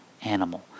animal